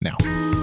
now